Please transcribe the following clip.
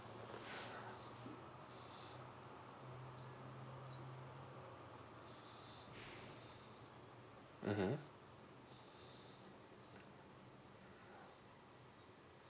mmhmm